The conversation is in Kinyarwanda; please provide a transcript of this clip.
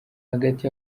hagati